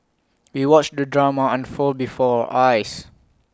we watched the drama unfold before our eyes